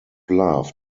love